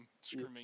screaming